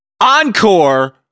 Encore